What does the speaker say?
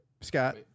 Scott